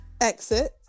exit